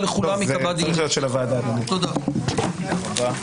תודה רבה.